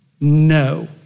no